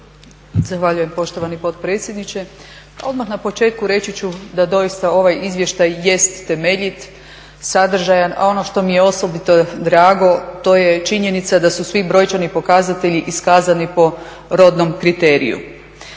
Zahvaljujem poštovani potpredsjedniče. Odmah na početku reći ću da doista ovaj izvještaj jest temeljit, sadržajan, a ono što mi je osobito drago to je činjenica da su svi brojčani pokazatelji iskazani po rodnom kriteriju.